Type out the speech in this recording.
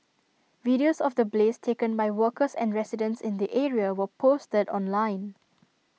videos of the blaze taken by workers and residents in the area were posted online